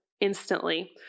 instantly